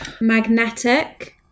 Magnetic